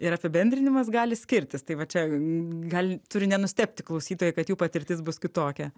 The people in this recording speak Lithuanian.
ir apibendrinimas gali skirtis tai va čia gal turi nenustebti klausytojai kad jų patirtis bus kitokia